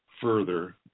further